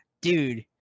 Dude